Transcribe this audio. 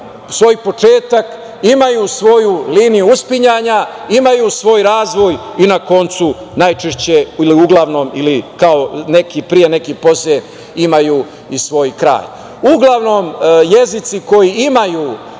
svoj početak, imaju svoju liniju uspinjanja, imaju svoj razvoj i na kraju, najčešće, ili uglavnom, neki pre, neki posle, imaju i svoj kraj. Uglavnom, jezici koji imaju